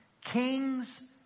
King's